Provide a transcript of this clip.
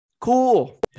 Cool